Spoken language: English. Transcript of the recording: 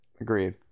agreed